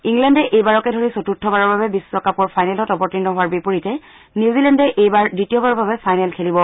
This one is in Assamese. ইংলেণ্ডে এইবাৰকে ধৰি চতুৰ্থবাৰৰ বাবে বিশ্বকাপৰ ফাইনেলত অৱতীৰ্ণ হোৱাৰ বিপৰীতে নিউজিলেণ্ডে এইবাৰ দ্বিতীয়বাৰৰ বাবে ফাইনেল খেলিব